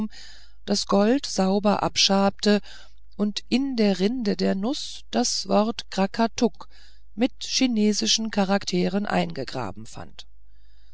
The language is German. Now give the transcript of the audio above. das gold sauber abschabte und in der rinde der nuß das wort krakatuk mit chinesischen charakteren eingegraben fand